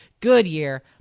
Goodyear